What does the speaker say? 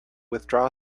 withdraw